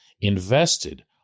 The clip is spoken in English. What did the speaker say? invested